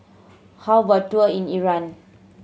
how about a tour in Iran